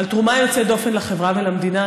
על תרומה יוצאת דופן לחברה ולמדינה.